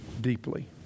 deeply